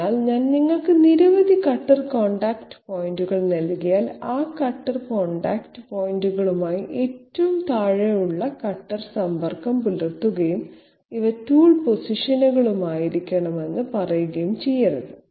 അതിനാൽ ഞാൻ നിങ്ങൾക്ക് നിരവധി കട്ടർ കോൺടാക്റ്റ് പോയിന്റുകൾ നൽകിയാൽ ആ കട്ടർ കോൺടാക്റ്റ് പോയിന്റുകളുമായും ഏറ്റവും താഴെയുള്ള കട്ടർ സമ്പർക്കം പുലർത്തുകയും ഇവ ടൂൾ പൊസിഷനുകളായിരിക്കണമെന്ന് പറയുകയും ചെയ്യരുത്